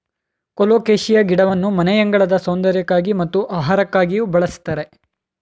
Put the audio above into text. colocasia ಗಿಡವನ್ನು ಮನೆಯಂಗಳದ ಸೌಂದರ್ಯಕ್ಕಾಗಿ ಮತ್ತು ಆಹಾರಕ್ಕಾಗಿಯೂ ಬಳ್ಸತ್ತರೆ